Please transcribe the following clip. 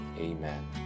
Amen